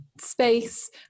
space